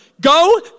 Go